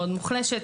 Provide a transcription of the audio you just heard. מאוד מוחלשת,